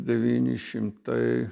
devyni šimtai